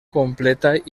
completa